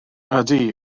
ydy